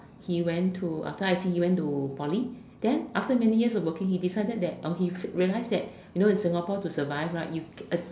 he went to after I_T_E he went to Poly then after many years of working he decided that or he realise that you know in Singapore to survive right you